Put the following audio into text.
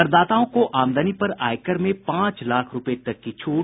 करदाताओं को आमदनी पर आयकर में पांच लाख रूपये तक की छूट